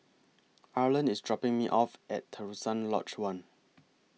Arlan IS dropping Me off At Terusan Lodge one